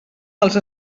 dels